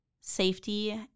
safety